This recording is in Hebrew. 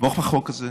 אתמוך בחוק הזה.